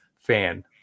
fan